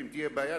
ואם תהיה בעיה,